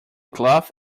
cloth